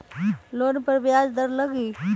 Loan पर ब्याज दर लगी?